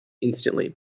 instantly